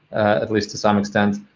at least to some extent.